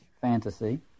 fantasy